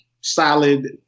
solid